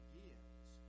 gives